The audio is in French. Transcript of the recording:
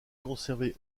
conservée